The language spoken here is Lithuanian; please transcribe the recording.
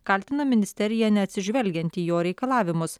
kaltina ministeriją neatsižvelgiant į jo reikalavimus